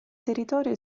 territorio